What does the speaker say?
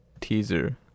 teaser